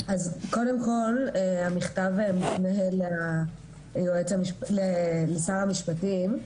אז קודם כל, המכתב הזה מופנה לשר המפשטים.